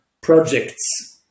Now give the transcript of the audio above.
projects